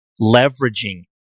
leveraging